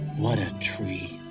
what a tree!